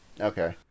Okay